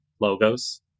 logos